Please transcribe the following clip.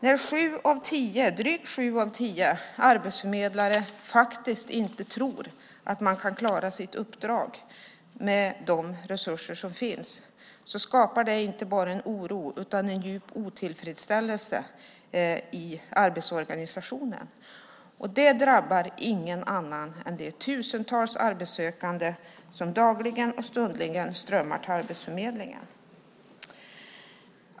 När drygt sju av tio arbetsförmedlare inte tror att de kan klara sitt uppdrag med de resurser som finns skapar det inte bara oro utan också djup otillfredsställelse i arbetsorganisationen. Det drabbar ingen annan än de tusentals arbetssökande som dagligen och stundligen strömmar till Arbetsförmedlingen.